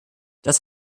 das